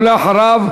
ואחריו,